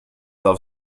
auf